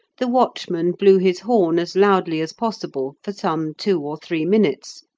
the watchman blew his horn as loudly as possible for some two or three minutes,